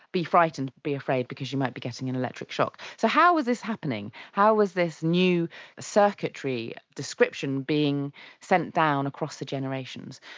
be frightened, be afraid because you might be getting an electric shock. so how was this happening? how was this new circuitry description being sent down across the generations?